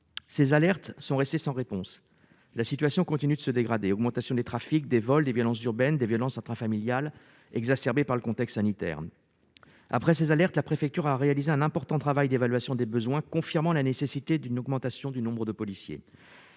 ces alertes sont restées sans réponse, la situation continue de se dégrader, augmentation du trafic des vols, des violences urbaines, des violences intrafamiliales exacerbée par le contexte sanitaire après ces alerte la préfecture a réalisé un important travail d'évaluation des besoins, confirmant la nécessité d'une augmentation du nombre de policiers